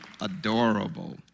adorable